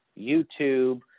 YouTube